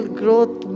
growth